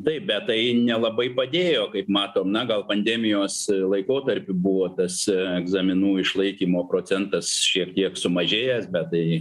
taip bet tai nelabai padėjo kaip matom na gal pandemijos laikotarpiu buvo tas egzaminų išlaikymo procentas šiek tiek sumažėjęs bet tai